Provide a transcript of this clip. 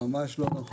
ממש לא נכון.